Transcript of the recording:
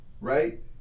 right